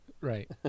Right